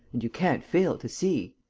and you can't fail to see.